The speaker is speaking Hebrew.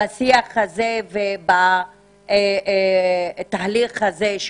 בשיח הזה ובתהליך הזה.